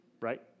right